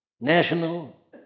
National